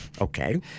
Okay